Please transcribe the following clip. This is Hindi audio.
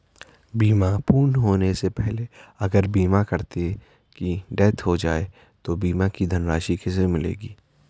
बीमा पूर्ण होने से पहले अगर बीमा करता की डेथ हो जाए तो बीमा की धनराशि किसे मिलेगी?